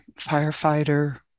firefighter